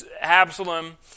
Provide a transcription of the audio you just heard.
Absalom